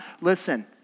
Listen